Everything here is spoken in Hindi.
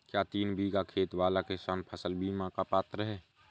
क्या तीन बीघा खेत वाला किसान फसल बीमा का पात्र हैं?